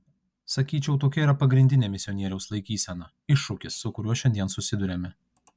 sakyčiau tokia yra pagrindinė misionieriaus laikysena iššūkis su kuriuo šiandien susiduriame